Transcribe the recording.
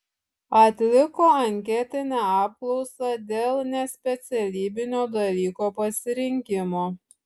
atliko anketinę apklausą dėl nespecialybinio dalyko pasirinkimo